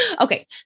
Okay